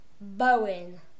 Bowen